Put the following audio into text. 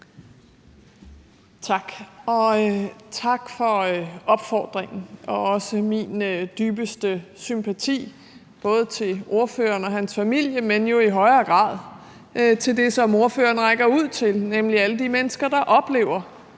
tak for opfordringen. Og også min dybeste sympati, både til ordføreren og hans familie, men jo i højere grad til dem, som ordføreren rækker ud til, nemlig alle de mennesker, der oplever